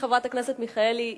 חברת הכנסת מיכאלי,